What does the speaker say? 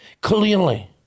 Clearly